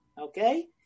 okay